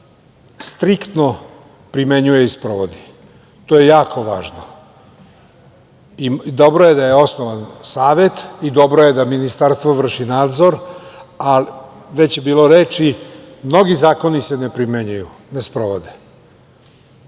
striktno primenjuje i sprovodi, to je jako važno. Dobro je da je osnovan savet i dobro je da Ministarstvo vrši nadzor, a već je bilo reči – mnogi zakoni se ne primenjuju i ne sprovode.